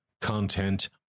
content